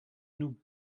nous